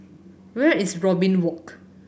where is Robin Walk